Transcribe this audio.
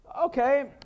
Okay